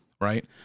right